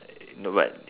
no but